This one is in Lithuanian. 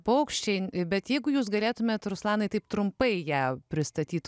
paukščiai bet jeigu jūs galėtumėt ruslanai taip trumpai ją pristatyt